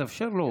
תאפשר לו,